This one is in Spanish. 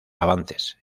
avances